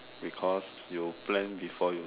because you plan before you